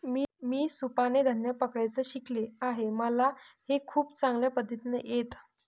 मी सुपाने धान्य पकडायचं शिकले आहे मला हे खूप चांगल्या पद्धतीने येत